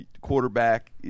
quarterback